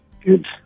Good